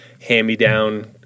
hand-me-down